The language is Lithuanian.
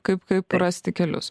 kaip kaip rasti kelius